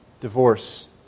Divorce